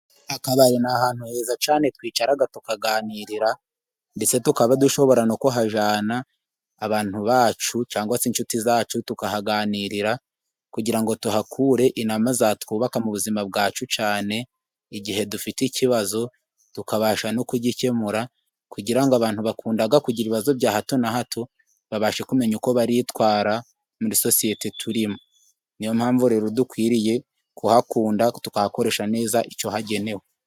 Akabari ni ahantu heza cyane twicara tukaganirira, ndetse tukaba dushobora no kuhajyana abantu bacu cyangwa se inshuti zacu, tukahaganirira kugira ngo tuhakure inama zatwubaka mu buzima bwacu ,cyane igihe dufite ikibazo tukabasha no kugikemura, kugira ngo abantu bakunda kugira ibibazo bya hato na hato, babashe kumenya uko baritwara muri sosiyete turimo, ni yo mpamvu rero dukwiriye kuhakunda tukahakoresha neza icyo hagenewe.